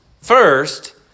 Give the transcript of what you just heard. First